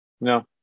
No